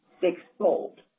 sixfold